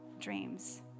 dreams